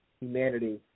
humanity –